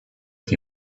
the